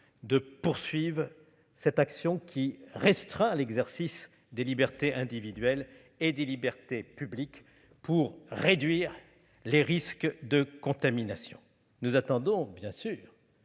la poursuite de cette action qui restreint l'exercice des libertés individuelles et des libertés publiques pour réduire les risques de contamination. Nous attendons, bien sûr,